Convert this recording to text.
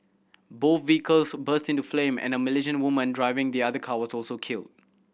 both vehicles burst into flame and a Malaysian woman driving the other car was also killed